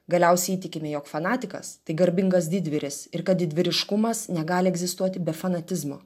galiausiai įtikime jog fanatikas tai garbingas didvyris ir kad didvyriškumas negali egzistuoti be fanatizmo